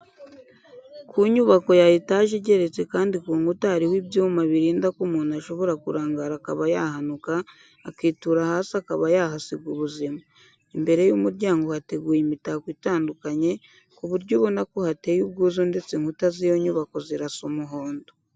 Ku nyubako ya etaje igeretse kandi ku nkuta hariho ibyuma birinda ko umuntu ashobora kurangara akaba yahanuka, akitura hasi akaba yahasiga ubuzima. Imbere y'umuryango hateguye imitako itandukanye ku buryo ubona ko hateye ubwuzu ndetse inkuta z'iyo nyubako zirasa umuhondo.